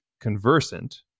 conversant